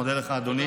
מודה לך, אדוני.